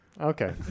Okay